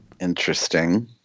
Interesting